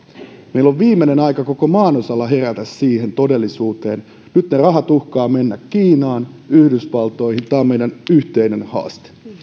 on viimeinen aika koko maanosalla herätä siihen todellisuuteen nyt ne rahat uhkaavat mennä kiinaan yhdysvaltoihin tämä on meidän yhteinen haasteemme